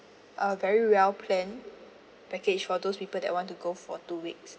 a very well planned package for those people that want to go for two weeks